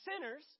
sinners